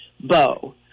Bo